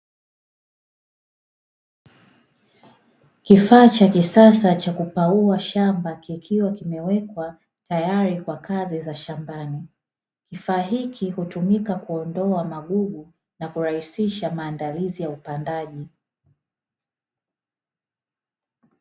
Kifaa cha kisasa cha kupaua shamba, kikiwa kimewekwa tayari kwa kazi za shambani. Kifaa hiki hutumika kuondoa magugu na kurahisisha maandalizi ya upandaji.